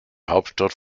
hauptstadt